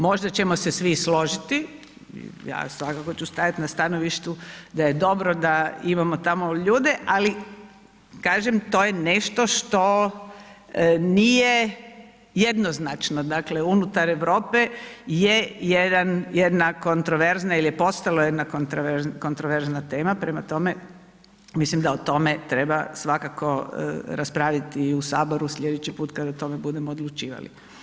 Možda ćemo se svi složiti, ja svakako ću stajati na stanovištu da je dobro da imamo tamo ljude, ali kažem, to je nešto što nije jednoznačno, dakle, unutar Europe je jedna kontroverzna ili je postala kontroverzna tema, prema tome, mislim da o tome treba svakako raspraviti i u Saboru sljedeći put kad o tome budemo odlučivali.